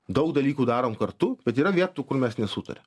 daug dalykų darom kartu bet yra vietų kur mes nesutariam